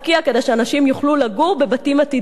כדי שאנשים יוכלו לגור בבתים עתידיים.